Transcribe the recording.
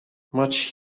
much